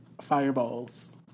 Fireballs